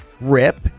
rip